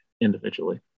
individually